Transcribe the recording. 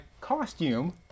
costume